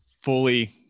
fully